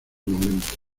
momento